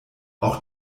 auch